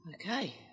Okay